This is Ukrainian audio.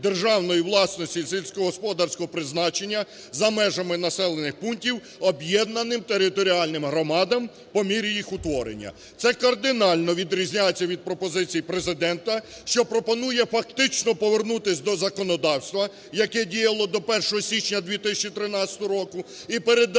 державної власності сільськогосподарського призначення за межами населених пунктів об'єднаним територіальним громадам по мірі їх утворення. Це кардинально відрізняється від пропозиції Президента, що пропонує фактично повернутися до законодавства, яке діяло до 1 січня 2013 року, і передати право